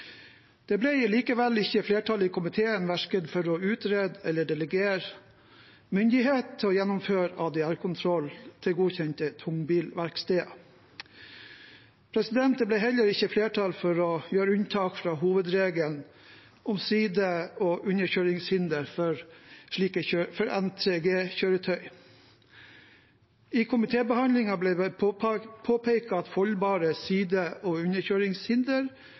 Det ble likevel ikke flertall i komiteen verken for å utrede eller delegere myndighet til å gjennomføre ADR-kontroll til godkjente tungbilverksteder. Det ble heller ikke flertall for å gjøre unntak fra hovedregelen om side- og underkjøringshinder for N3G-kjøretøy. I komitébehandlingen ble det påpekt at foldbare side- og underkjøringshinder